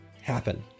happen